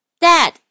Dad